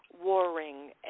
warring